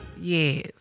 Yes